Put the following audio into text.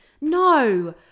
No